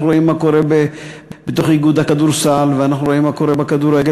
אנחנו רואים מה קורה בתוך איגוד הכדורסל ואנחנו רואים מה קורה בכדורגל,